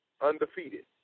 undefeated